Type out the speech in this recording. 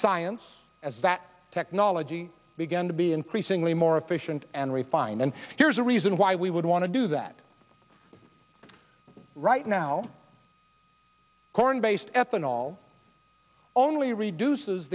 science has that technology began to be increasingly more efficient and refined and here's a reason why we would want to do that right now corn based ethanol only reduces